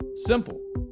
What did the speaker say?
Simple